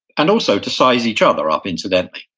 and also to size each other um incidentally.